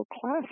class